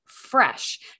fresh